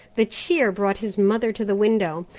the cheer brought his mother to the window,